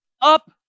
up